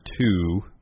two